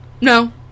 No